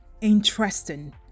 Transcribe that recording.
interesting